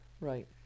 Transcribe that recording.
right